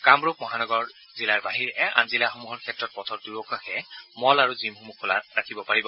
কামৰূপ মহানগৰ জিলাৰ বাহিৰে আন জিলাসমূহৰ ক্ষেত্ৰত পথৰ দুয়োকাষে মল আৰু জিমসমূহ খোলা ৰাখিব পাৰিব